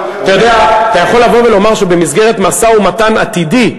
אתה יכול לבוא ולומר שבמסגרת משא-ומתן עתידי,